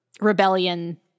rebellion